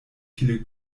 viele